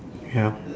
ya